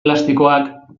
plastikoak